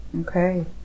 Okay